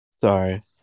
Sorry